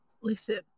Listen